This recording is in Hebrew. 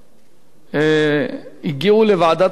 הגיעו לוועדת הכספים